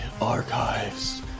Archives